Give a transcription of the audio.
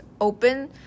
open